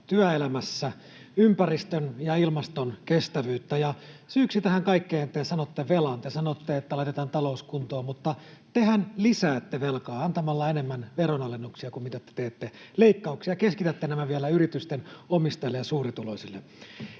työelämässä, ympäristön ja ilmaston kestävyyttä, ja syyksi tähän kaikkeen te sanotte velan. Te sanotte, että laitetaan talous kuntoon, mutta tehän lisäätte velkaa antamalla enemmän veronalennuksia kuin mitä te teette leikkauksia ja keskitätte nämä vielä yritysten omistajille ja suurituloisille.